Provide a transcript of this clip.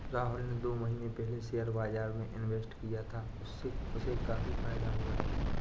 राहुल ने दो महीने पहले शेयर बाजार में इन्वेस्ट किया था, उससे उसे काफी फायदा हुआ है